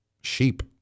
Sheep